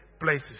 places